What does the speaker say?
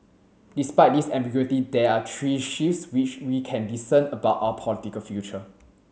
despite this ambiguity there are three shifts which we can discern about our political future